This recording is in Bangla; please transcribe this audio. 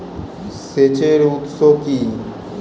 সেচের উৎস কি?